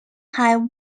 have